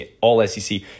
All-SEC